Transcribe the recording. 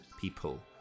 people